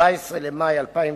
רצוני